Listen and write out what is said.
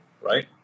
Right